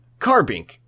Carbink